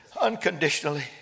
Unconditionally